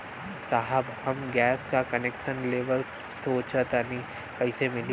साहब हम गैस का कनेक्सन लेवल सोंचतानी कइसे मिली?